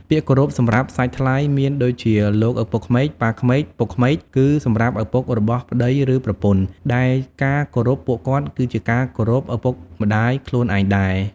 ពាក្យគោរពសម្រាប់សាច់ថ្លៃមានដូចជាលោកឪពុកក្មេក ប៉ាក្មេក ពុកក្មេក គឺសម្រាប់ឪពុករបស់ប្តី ឬប្រពន្ធ ដែលការគោរពពួកគាត់គឺជាការគោរពឪពុកម្ដាយខ្លួនឯងដែរ។